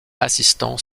assistant